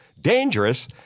Dangerous